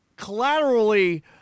collaterally